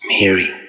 Mary